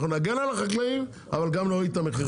אנחנו נגן על החקלאים, אבל גם נוריד את המחירים.